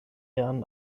jahren